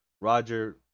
Roger